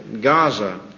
Gaza